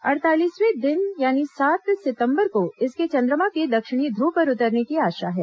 अड़तालीसवें दिन यानी सात सितम्बर को इसके चंद्रमा के दक्षिणी ध्र्व पर उतरने की आशा है